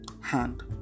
hand